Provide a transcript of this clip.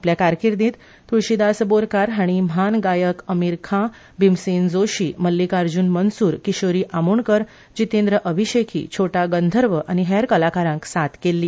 आपल्या कारकीर्दींत तुळशीदास बोरकार हाणी म्हान गायक अमिर खान भिमसेन जोशी मल्लिकार्जून मनसूर कीशोरी आमोणकर जितेंद्र अभिशेकी छोटा गंधर्व आनी हेर कलाकारंाक साथ केल्ली